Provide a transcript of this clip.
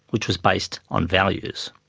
which was based on values.